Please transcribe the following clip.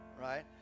right